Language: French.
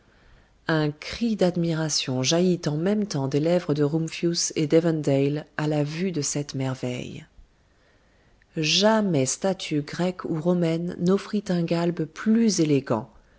un cri d'admiration jaillit en même temps des lèvres de rumphius et d'evandale à la vue de cette merveille jamais statue grecque ou romaine n'offrit un galbe plus élégant